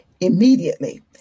immediately